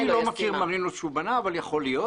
אני לא מכיר מרינות שהוא בנה, אבל יכול להיות.